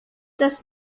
das